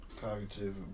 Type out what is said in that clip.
Cognitive